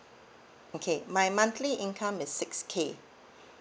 okay my monthly income is six K